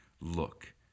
look